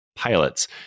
pilots